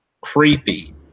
Creepy